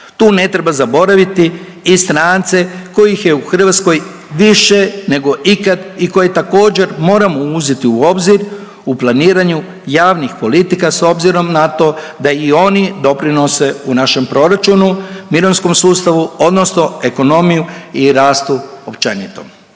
Tu ne treba zaboraviti i strance kojih je u Hrvatskoj više nego ikad i koje također moramo uzeti u obzir u planiranju javnih politika s obzirom na to da i oni doprinose u našem doprinosu, mirovinskom sustavu odnosno ekonomiji i rastu općenito.